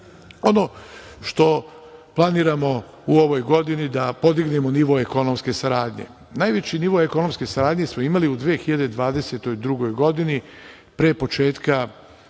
što planiramo u ovoj godini da podignemo nivo ekonomske saradnje. Najveći nivo ekonomske saradnje smo imali u 2022. godini pre početka